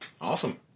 Awesome